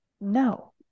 no